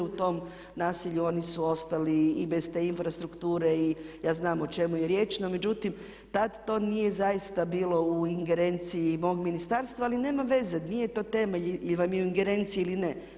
U tom naselju oni su ostali i bez te infrastrukture i ja znam o čemu je riječ, no međutim tad to nije zaista bilo u ingerenciji mog ministarstva ali nema veze, nije to temelj ingerencije ili ne.